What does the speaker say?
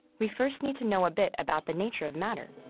we first need to know a bit about the nature of matter.